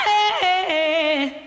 Hey